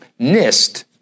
NIST